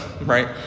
right